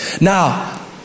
Now